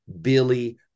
Billy